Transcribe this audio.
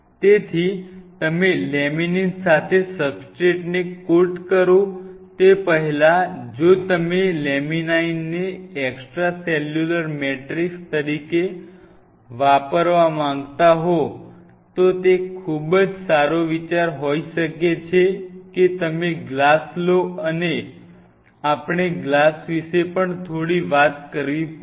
તેથી તમે લેમિનીન સાથે સબસ્ટ્રેટને કોટ કરો તે પહેલાં જો તમે લેમિનાઇનને એક્સ્ટ્રા સેલ્યુલર મેટ્રિક્સ તરીકે વાપરવા માંગતા હો તો તે ખૂબ સારો વિચાર હોઈ શકે કે તમે ગ્લાસ લો અને આપણે ગ્લાસ વિશે પણ થોડી વાત કરવી પડશે